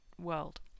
world